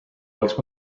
oleks